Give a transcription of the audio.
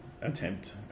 attempt